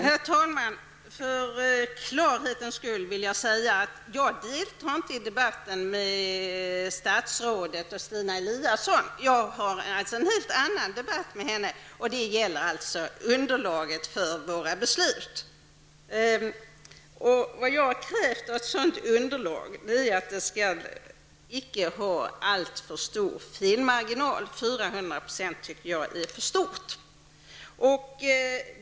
Herr talman! För klarhetens skull vill jag säga att jag inte deltar i debatten med statsrådet och Stina Eliasson. Jag för en helt annan debatt med statsrådet, och den gäller alltså underlaget för våra beslut här i riksdagen. Vad jag kräver av ett sådant underlag är att det icke skall ha alltför stor felmarginal. 400 % tycker jag är för mycket.